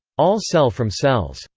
all cell from cells.